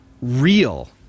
real